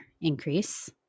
increase